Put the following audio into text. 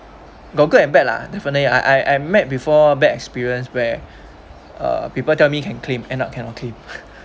got good and bad lah definitely I I met before bad experience where uh people tell me you can claim end up cannot claim